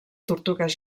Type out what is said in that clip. tortugues